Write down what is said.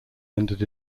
ended